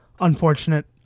Unfortunate